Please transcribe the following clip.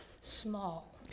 small